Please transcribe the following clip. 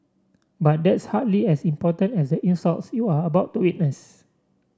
but that's hardly as important as the insults you are about to witness